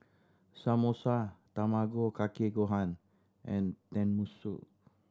Samosa Tamago Kake Gohan and Tenmusu